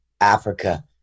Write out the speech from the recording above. Africa